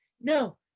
no